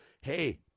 hey